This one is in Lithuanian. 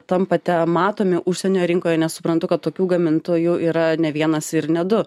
tampate matomi užsienio rinkoj nes suprantu kad tokių gamintojų yra ne vienas ir ne du